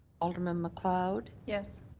alderman macleod. yes.